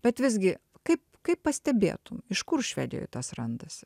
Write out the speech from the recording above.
bet visgi kaip kaip pastebėtum iš kur švedijoj tas randasi